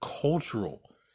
cultural